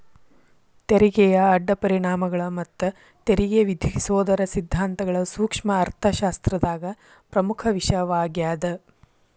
ತೆರಿಗೆಯ ಅಡ್ಡ ಪರಿಣಾಮಗಳ ಮತ್ತ ತೆರಿಗೆ ವಿಧಿಸೋದರ ಸಿದ್ಧಾಂತಗಳ ಸೂಕ್ಷ್ಮ ಅರ್ಥಶಾಸ್ತ್ರದಾಗ ಪ್ರಮುಖ ವಿಷಯವಾಗ್ಯಾದ